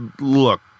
Look